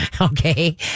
okay